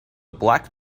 black